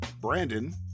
brandon